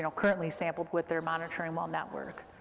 you know currently sampled with their monitoring well network.